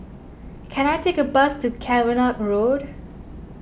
can I take a bus to Cavenagh Road